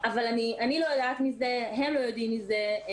אבל אני לא יודעת מזה, הם לא יודעים מזה.